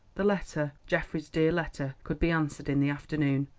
the letter, geoffrey's dear letter, could be answered in the afternoon.